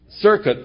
circuit